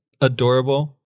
Adorable